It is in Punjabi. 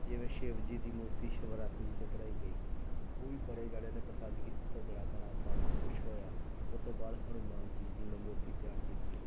ਜਿਵੇਂ ਸ਼ਿਵ ਜੀ ਦੀ ਮੂਰਤੀ ਸ਼ਿਵਰਾਤਰੀ 'ਤੇ ਬਣਾਈ ਗਈ ਉਹ ਵੀ ਬੜੇ ਜਣਿਆਂ ਨੇ ਪਸੰਦ ਕੀਤੀ ਤਾਂ ਬੜਾ ਬੜਾ ਮਨ ਖੁਸ਼ ਹੋਇਆ ਉਹ ਤੋਂ ਬਾਅਦ ਹਨੂੰਮਾਨ ਜੀ ਦੀ ਮੈਂ ਮੂਰਤੀ ਤਿਆਰ ਕੀਤੀ